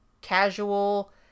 casual